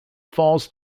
falls